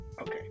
okay